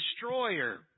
destroyer